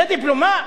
זה דיפלומט?